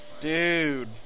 Dude